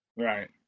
Right